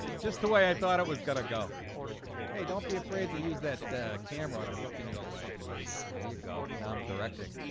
just the way i thought it was gonna go hey don't be afraid they use that camera and i'm looking you away there you go. now i'm directing